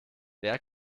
wer